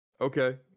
okay